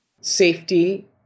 Safety